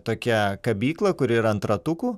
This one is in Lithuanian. tokia kabykla kuri yra ant ratukų